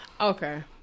Okay